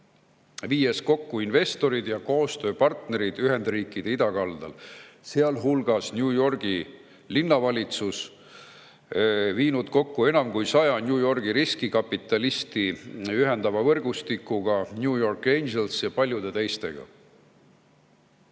erinevate investorite ja koostööpartneritega Ühendriikide idakaldal, sealhulgas New Yorgi linnavalitsusega, enam kui sadat New Yorgi riskikapitalisti ühendava võrgustikuga New York Angels, ja paljude teistega.